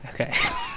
Okay